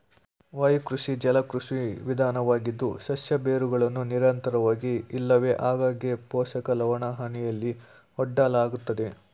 ವಾಯುಕೃಷಿ ಜಲಕೃಷಿ ವಿಧಾನವಾಗಿದ್ದು ಸಸ್ಯ ಬೇರುಗಳನ್ನು ನಿರಂತರವಾಗಿ ಇಲ್ಲವೆ ಆಗಾಗ್ಗೆ ಪೋಷಕ ಲವಣಹನಿಯಲ್ಲಿ ಒಡ್ಡಲಾಗ್ತದೆ